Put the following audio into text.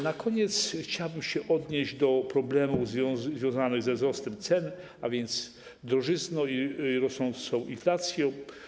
Na koniec chciałbym się odnieść do problemów związanych ze wzrostem cen, a więc do drożyzny, rosnącej inflacji.